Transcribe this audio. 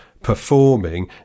performing